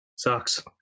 Sucks